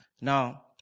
Now